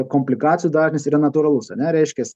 komplikacijų dažnis yra natūralus ane reiškias